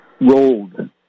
rolled